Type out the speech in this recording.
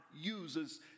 uses